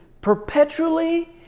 perpetually